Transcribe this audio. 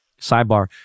sidebar